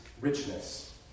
richness